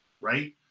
right